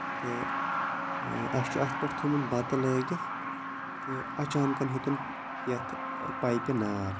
تہٕ اَسہِ چھُ اَتھ پٮ۪ٹھ تھومُت بَتہٕ لٲگِتھ تہٕ اَچانکَن ہیوٚتُن یَتھ پایپہِ نار